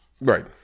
right